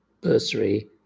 bursary